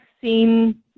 seen